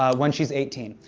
ah when she's eighteen.